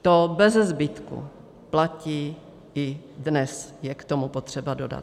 To bezezbytku platí i dnes, je k tomu potřeba dodat.